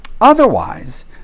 otherwise